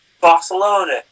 Barcelona